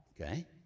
okay